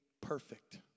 perfect